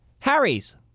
Harry's